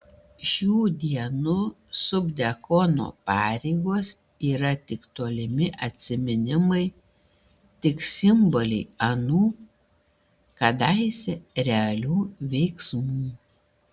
šių dienų subdiakono pareigos yra tik tolimi atsiminimai tik simboliai anų kadaise realių veiksmų